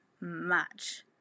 match